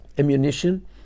ammunition